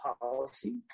policy